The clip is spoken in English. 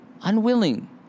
unwilling